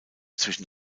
zwischen